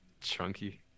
chunky